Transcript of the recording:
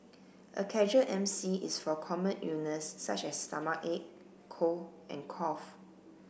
a casual M C is for common illness such as stomachache cold and cough